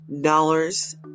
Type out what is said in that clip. dollars